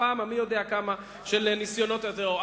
בפעם המי יודע כמה של ניסיונות הטרור.